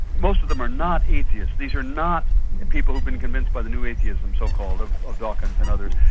most of them are not atheists, these are not people who've been convinced by the new atheism, so-called, of of dawkins and others.